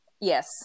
yes